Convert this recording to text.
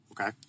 okay